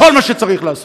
כל מה שצריך לעשות,